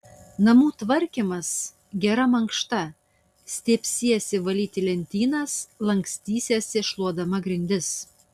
namų tvarkymas gera mankšta stiebsiesi valyti lentynas lankstysiesi šluodama grindis